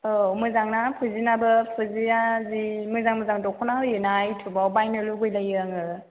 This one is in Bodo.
औ मोजांना फुजिनाबो फुजिया जि मोजां मोजां दख'ना होयो ना इउथुबाव बायनो लुगैलायो आङो